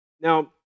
Now